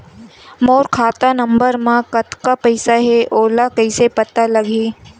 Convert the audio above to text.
मोर खाता नंबर मा कतका पईसा हे ओला कइसे पता लगी?